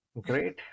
Great